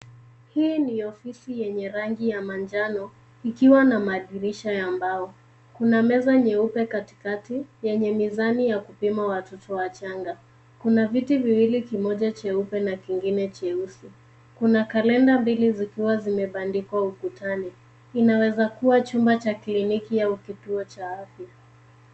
Hii ni ofisi yenye rangi ya manjano ikiwa na madirisha ya mbao. Kuna meza nyeupe katikati yenye mizani ya kupima watoto wachanga. Kuna viti viwili; kimoja cheupe na kingine cheusi. Kuna kalenda mbili zikiwa zimebandikwa ukutani. Inaweza chumba cha kliniki au kituo cha afya.